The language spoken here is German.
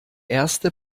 erste